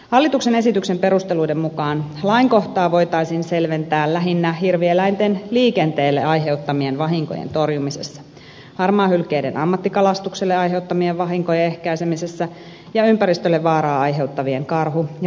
hallituksen esityksen perusteluiden mukaan lainkohtaa voitaisiin selventää lähinnä hirvieläinten liikenteelle aiheuttamien vahinkojen torjumisessa harmaahylkeiden ammattikalastukselle aiheuttamien vahinkojen ehkäisemisessä ja ympäristölle vaaraa aiheuttavien karhu ja susiyksilöiden poistamisessa